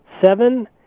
seven